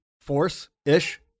force-ish